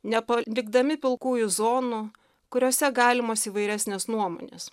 nepalikdami pilkųjų zonų kuriose galimos įvairesnės nuomonės